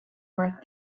worth